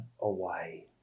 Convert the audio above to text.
away